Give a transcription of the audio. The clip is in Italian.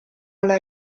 alla